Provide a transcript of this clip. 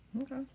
Okay